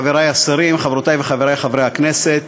תודה, חברי השרים, חברי וחברותי חברי הכנסת,